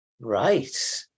right